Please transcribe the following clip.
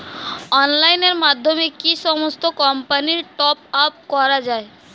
অনলাইনের মাধ্যমে কি সমস্ত কোম্পানির টপ আপ করা যায়?